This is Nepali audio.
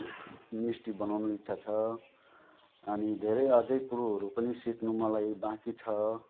मिस्टी बनाउनु इच्छा छ अनि धेरै अझै कुरोहरू पनि सिक्नु मलाई बाँकी छ